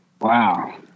Wow